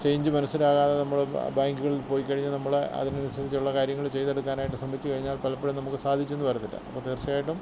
change മനസിലാകാതെ നമ്മൾ ബാങ്ക്കളില് പോയി കഴിഞ്ഞാൽ നമ്മൾ അതിനനുസരിച്ചുള്ള കാര്യങ്ങൾ ചെയ്തെടുക്കാനായിട്ട് ശ്രമിച്ച് കഴിഞ്ഞാല് പലപ്പോഴും നമുക്ക് സാധിച്ചുവെന്ന് വരത്തില്ല അപ്പം തീര്ച്ചയായിട്ടും